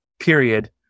period